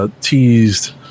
Teased